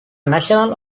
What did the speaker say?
national